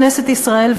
כנסת ישראל,